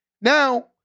Now